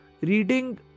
reading